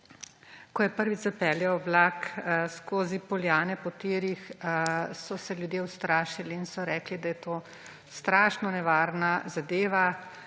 Ko je prvič zapeljal vlak skozi poljane po tirih, so se ljudje ustrašili in so rekli, da je to strašno nevarna zadeva,